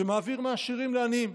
שמעביר מעשירים לעניים.